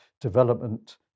development